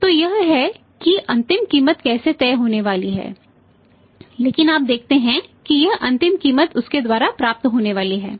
तो यह है कि अंतिम कीमत कैसे तय होने वाली है लेकिन आप देखते हैं कि यह अंतिम कीमत उसके द्वारा प्राप्त होने वाली है